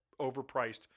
overpriced